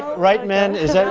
right, men, is that